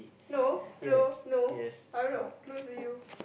no no no I don't know close to you